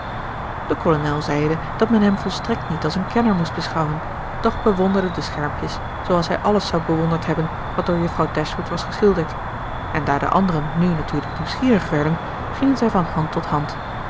de kolonel zeide dat men hem volstrekt niet als een kenner moest beschouwen doch bewonderde de schermpjes zooals hij alles zou bewonderd hebben wat door juffrouw dashwood was geschilderd en daar de anderen nu natuurlijk nieuwsgierig werden gingen zij van hand tot hand